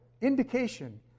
indication